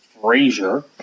Frazier